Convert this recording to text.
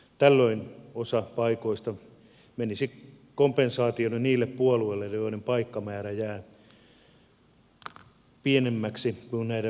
tällöin osa paikoista menisi kompensaationa niille puolueille joiden paikkamäärä jää pienemmäksi kuin näiden valtakunnallinen ääniosuus